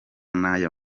n’aya